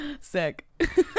Sick